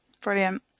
Brilliant